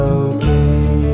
okay